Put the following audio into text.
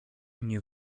nie